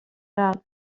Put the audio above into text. död